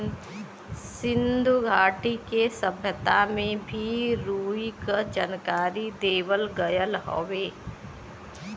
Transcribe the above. सिन्धु घाटी के सभ्यता में भी रुई क जानकारी देवल गयल हउवे